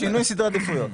זה שינוי סדרי עדיפויות.